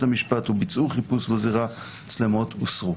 המשפט וביצעו חיפוש בזירה המצלמות הוסרו.